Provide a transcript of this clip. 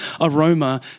aroma